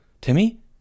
Timmy